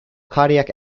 cardiac